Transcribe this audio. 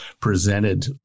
presented